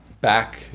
Back